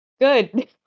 good